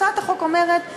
הצעת החוק אומרת,